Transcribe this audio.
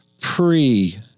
Pre